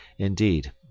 Indeed